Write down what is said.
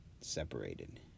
separated